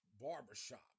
Barbershop